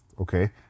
okay